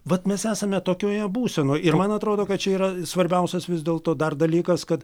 vat mes esame tokioje būsenoje ir man atrodo kad čia yra svarbiausias vis dėlto dar dalykas kad